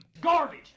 Garbage